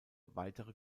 weitere